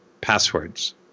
passwords